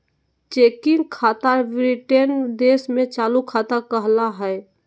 checking खाता Britain देश में चालू खाता कहला हय